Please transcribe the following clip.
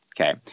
Okay